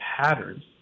patterns